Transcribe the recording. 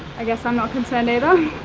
i guess i'm not concerned either.